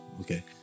Okay